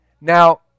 Now